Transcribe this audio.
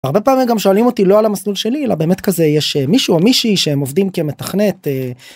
הרבה פעמים גם שואלים אותי לא על המסלול שלי אלא באמת כזה יש מישהו מישהי שהם עובדים כמתכנת.